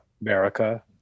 America